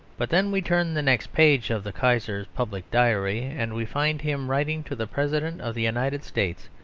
but then we turn the next page of the kaiser's public diary, and we find him writing to the president of the united states,